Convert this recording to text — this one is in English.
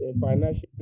financial